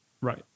Right